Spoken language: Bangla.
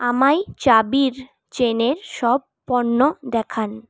আমায় চাবির চেনের সব পণ্য দেখান